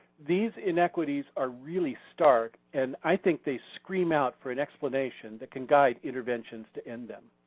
these inequities are really stark and i think they scream out for an explanation that can guide interventions to end them.